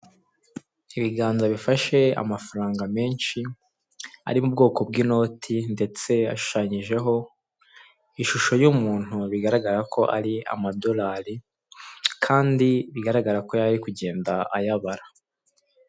Ibiganza bifashe amafaranga menshi ari mu bwoko bw'inoti ndetse yashushanyijeho ishusho y'umuntu bigaragara ko ari amadorari kandi bigaragara ko yarari kugenda ayabara.